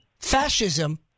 fascism